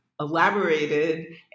elaborated